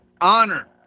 honor